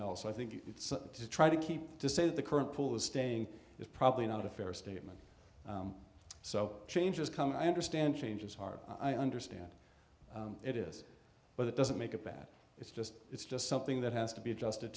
else i think it's to try to keep to say the current pool is staying is probably not a fair statement so change is coming i understand change is hard i understand it is but it doesn't make it bad it's just it's just something that has to be adjusted